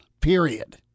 period